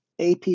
AP